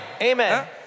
Amen